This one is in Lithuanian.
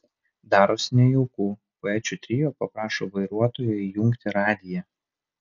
darosi nejauku poečių trio paprašo vairuotojo įjungti radiją